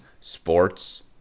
sports